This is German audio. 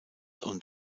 und